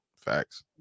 facts